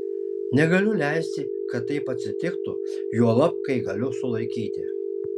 negaliu leisti kad taip atsitiktų juolab kai galiu sulaikyti